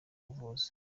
buvuzi